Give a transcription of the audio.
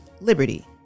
liberty